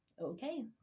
okay